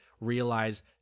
Realize